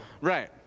Right